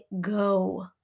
go